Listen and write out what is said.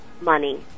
money